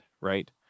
right